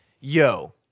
yo